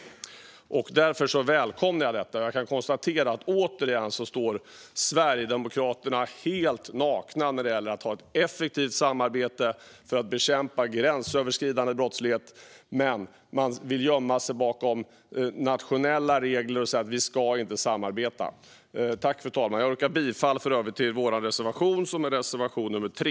Därför välkomnar jag detta. Sverigedemokraterna står återigen helt nakna när det gäller att ha ett effektivt samarbete för att bekämpa gränsöverskridande brottslighet. Man vill gömma sig bakom nationella regler och säger att vi inte ska samarbeta. Fru talman! Jag yrkar för övrigt bifall till vår reservation 3.